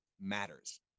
matters